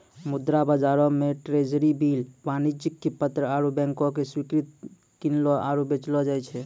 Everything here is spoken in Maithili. मुद्रा बजारो मे ट्रेजरी बिल, वाणिज्यक पत्र आरु बैंको के स्वीकृति किनलो आरु बेचलो जाय छै